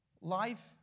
Life